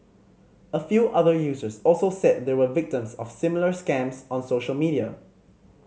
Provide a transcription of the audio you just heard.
a few other users also said they were victims of similar scams on social media